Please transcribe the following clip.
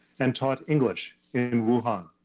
and taught english in wuhan.